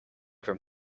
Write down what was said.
from